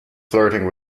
flirting